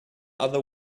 other